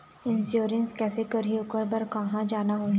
Insurance कैसे करही, ओकर बर कहा जाना होही?